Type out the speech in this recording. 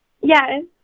Yes